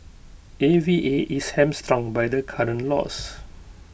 A V A is hamstrung by the current laws